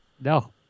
No